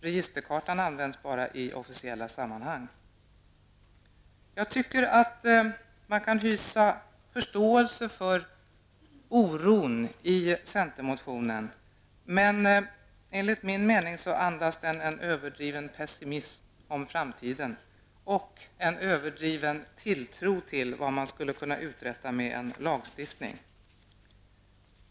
Registerkartan används bara i officiella sammanhang. Jag tycker att man kan hysa förståelse för oron i centermotionen, men enligt min mening andas den en överdriven pessimism om framtiden och en överdriven tilltro till vad man skulle kunna uträtta med en lagstiftning.